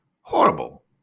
horrible